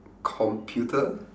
computer